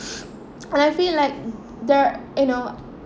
and I feel like their you know